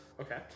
Okay